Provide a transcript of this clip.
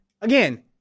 again